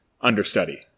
understudy